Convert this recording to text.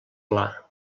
pla